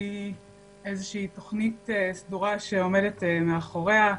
בלי איזושהי תוכנית סדורה שעומדת מאחוריה.